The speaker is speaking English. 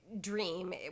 dream